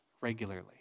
regularly